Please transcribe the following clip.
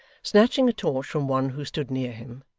snatching a torch from one who stood near him,